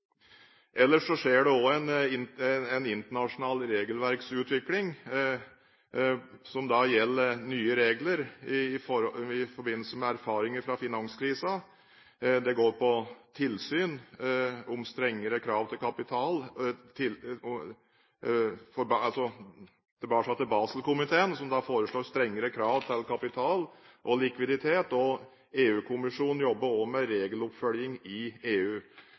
Ellers skjer det også en internasjonal regelverksutvikling. Det gjelder nye regler i forbindelse med erfaringer fra finanskrisen – tilbake til Baselkomiteen som foreslår strengere krav til kapital og likviditet. EU-kommisjonen jobber med regeloppfølging i EU.